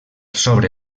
sobre